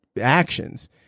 actions